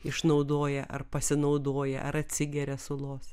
išnaudoja ar pasinaudoja ar atsigeria sulos